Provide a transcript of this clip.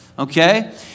Okay